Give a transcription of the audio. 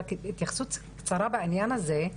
רק רציתי התייחסות קצרה לענין הזה,